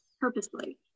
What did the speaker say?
purposely